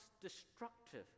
destructive